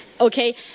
Okay